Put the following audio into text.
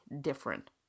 different